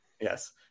Yes